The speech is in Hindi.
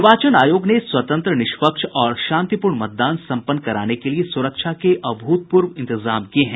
निर्वाचन आयोग ने स्वतंत्र निष्पक्ष और शांतिपूर्ण मतदान सम्पन्न कराने के लिये सुरक्षा के अभूतपूर्व इंतजाम किये हैं